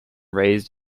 raised